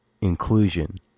inclusion